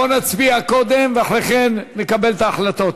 בואו נצביע קודם ואחרי כן נקבל את ההחלטות.